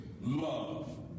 love